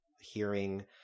hearing